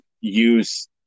use